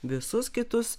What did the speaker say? visus kitus